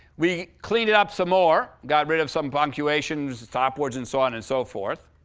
we cleaned it up some more got rid of some punctuations, stop-words, and so on, and so forth.